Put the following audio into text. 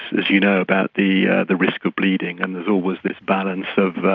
as you know, about the the risk of bleeding, and there's always this balance of